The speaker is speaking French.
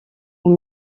aux